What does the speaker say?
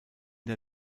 der